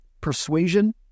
persuasion